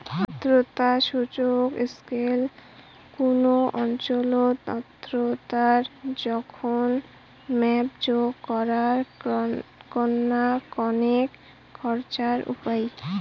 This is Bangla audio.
আর্দ্রতা সূচক স্কেল কুনো অঞ্চলত আর্দ্রতার জোখন মাপজোক করার এ্যাকনা কণেক খরচার উপাই